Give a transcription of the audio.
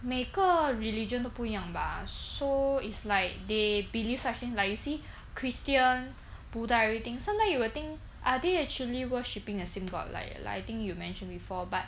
每个 religion 都不一样 bah so is like they believe such things like you see christian buddha everything sometimes you will think are they actually worshipping the same god like like I think you mentioned before but